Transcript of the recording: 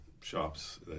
shops